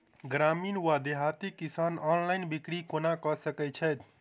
ग्रामीण वा देहाती किसान ऑनलाइन बिक्री कोना कऽ सकै छैथि?